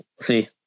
see